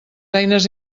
eines